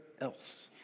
else